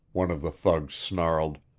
one of the thugs snarled.